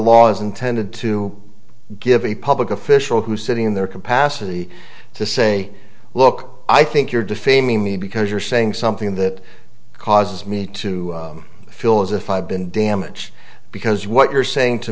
law's intended to give a public official who's sitting in their capacity to say look i think you're defaming me because you're saying something that causes me to feel as if i've been damage because what you're saying to